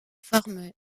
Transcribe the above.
formes